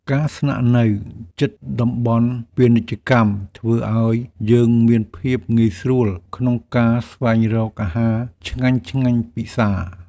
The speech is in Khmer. ការស្នាក់នៅជិតតំបន់ពាណិជ្ជកម្ម ធ្វើឱ្យយើងមានភាពងាយស្រួលក្នុងការស្វែងរកអាហារឆ្ងាញ់ៗពិសារ។